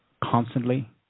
constantly